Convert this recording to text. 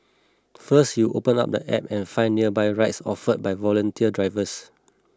first you open up the app and find nearby rides offered by volunteer drivers